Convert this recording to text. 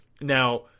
Now